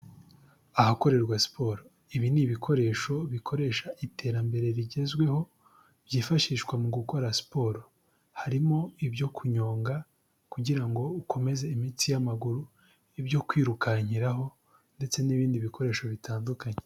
Ahakorerwa siporo ibi ni ibikoresho bikoresha iterambere rigezweho byifashishwa mu gukora siporo, harimo ibyo kunyonga kugira ngo ukomeze imitsi y'amaguru, ibyo kwirukankiraho ndetse n'ibindi bikoresho bitandukanye.